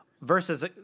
versus